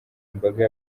imbaga